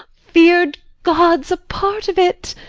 fear'd gods, a part of it!